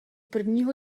prvního